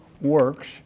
Works